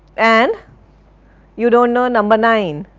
and you don't know number nine,